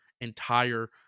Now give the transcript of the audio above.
entire